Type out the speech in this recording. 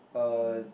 uh